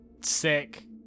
sick